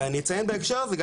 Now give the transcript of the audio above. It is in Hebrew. בהקשר הזה,